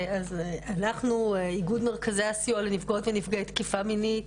אנחנו איגוד מרכזי הסיוע לנפגעות ונפגעי תקיפה מינית,